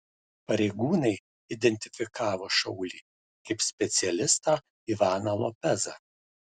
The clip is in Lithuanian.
pareigūnai identifikavo šaulį kaip specialistą ivaną lopezą